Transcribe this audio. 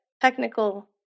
technical